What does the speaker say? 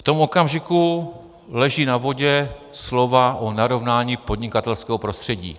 V tom okamžiku leží na vodě slova o narovnání podnikatelského prostředí.